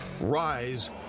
rise